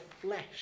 flesh